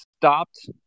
stopped